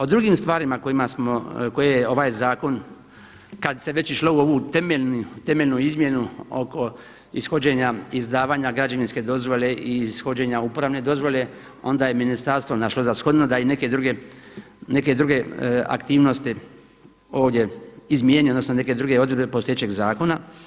O drugim stvarima kojima smo, koje je ovaj zakon kada se već išlo u ovu temeljnu izmjenu oko ishođenja izdavanja građevinske dozvole i ishođenja uporabne dozvole onda je ministarstvo našlo za shodno da i neke druge aktivnosti ovdje izmijeni, odnosno neke druge odredbe postojećeg zakona.